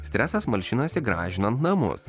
stresas malšinasi gražinant namus